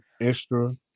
extra